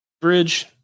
bridge